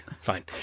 Fine